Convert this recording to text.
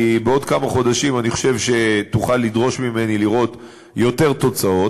כי בעוד כמה חודשים אני חושב שתוכל לדרוש ממני לראות יותר תוצאות.